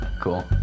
Cool